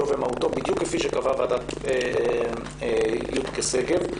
ומהותו" בדיוק כפי שקבעה ועדת יודקה שגב.